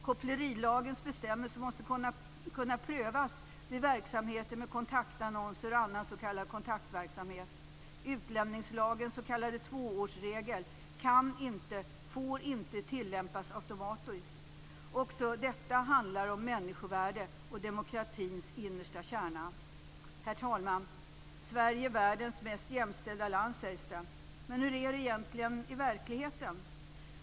Kopplerilagens bestämmelser måste kunna prövas när det gäller verksamheter med kontaktannonser och annan s.k. kontaktverksamhet. Utlänningslagens s.k. tvåårsregel kan inte och får inte tillämpas automatiskt. Också detta handlar om människovärdet och om demokratins innersta kärna. Herr talman! Sverige är världens mest jämställda land, sägs det. Men hur är det egentligen i verkligheten?